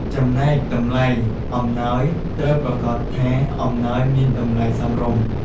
ចំណែកតម្លៃ អំណោយត្រូវប្រាកដថាអំណោយមានតម្លៃសមរម្យ។